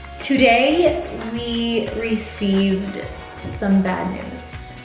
today we received some bad